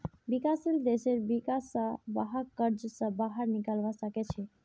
विकासशील देशेर विका स वहाक कर्ज स बाहर निकलवा सके छे